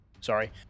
sorry